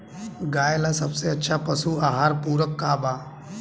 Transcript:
गाय ला सबसे अच्छा पशु आहार पूरक का बा?